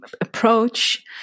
approach